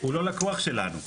הוא לא לקוח שלנו.